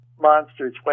Monsters